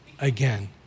again